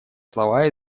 слова